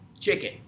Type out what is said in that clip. chicken